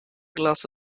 glass